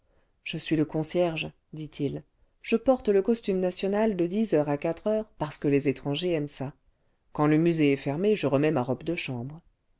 je suis le concierge dit-il je porte le costume national de dix heures le vingtième siècle à quatre heures parce que les étrangers aiment ça quand le musée est fermé je remets ma robe de chambre